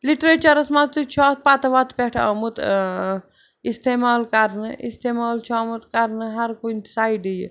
لِٹریچَرَس منٛز تہِ چھُ اَتھ پَتہٕ وَتہٕ پٮ۪ٹھ آمُت ٲں استعمال کَرنہٕ استعمال چھُ آمُت کَرنہٕ ہَر کُنہِ سایڈٕ یہِ